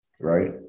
right